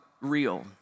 real